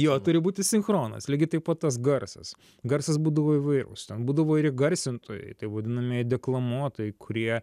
jo turi būti sinchronas lygiai taip pat tas garsas garsas būdavo įvairus ten būdavo ir įgarsintojai tai vadinamieji deklamuotojai kurie